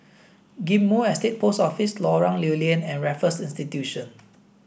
Ghim Moh Estate Post Office Lorong Lew Lian and Raffles Institution